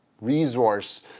resource